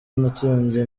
natsinze